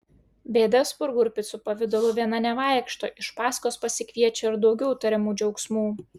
bėda spurgų ir picų pavidalu viena nevaikšto iš paskos pasikviečia ir daugiau tariamų džiaugsmų